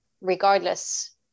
regardless